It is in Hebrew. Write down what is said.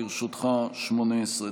לרשותך 18 דקות.